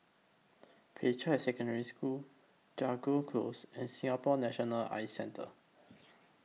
Peicai Secondary School Jago Close and Singapore National Eye Centre